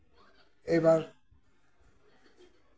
ᱮᱵᱟᱨ